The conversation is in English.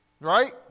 Right